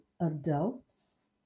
adults